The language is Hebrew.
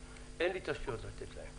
אין לו תשתיות בשביל זה.